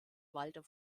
walter